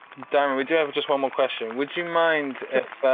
darrin, we do have just one more question. would you mind if